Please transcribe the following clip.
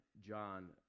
John